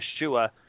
Yeshua